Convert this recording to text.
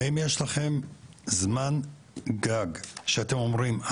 האם יש לכם זמן "גג" שאתם אומרים,